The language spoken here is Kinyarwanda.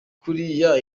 buriya